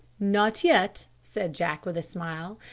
not yet, said jack with a smile,